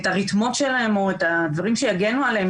את הרתמות שלהם או הדברים שיגנו עליהם